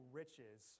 riches